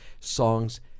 songs